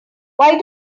why